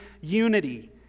unity